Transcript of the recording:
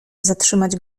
zatrzymać